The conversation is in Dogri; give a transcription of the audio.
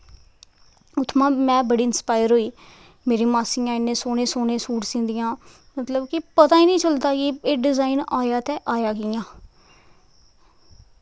उत्थुआं दा में बड़ी इंस्पायर होई मेरी मासियां इ'न्ने सोह्ने सोह्ने सूट सींदियां मतलब कि ओह् पता गै निं लगदा कि एह् डिज़ाइन आया ते आया कि'यां